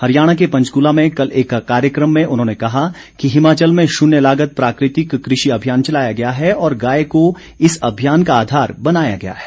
हरियाणा के पंचकूला में कल एक कार्यक्रम में उन्होंने कहा कि हिमाचल में शून्य लागत प्राकृतिक कृषि अभियान चलाया गया है और गाय को इस अभियान का आधार बनाया गया है